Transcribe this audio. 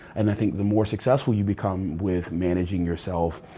and, i think the more successful you become with managing yourself,